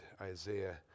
Isaiah